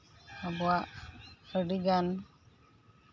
ᱟᱵᱚᱣᱟᱜ ᱟᱹᱰᱤᱜᱟᱱ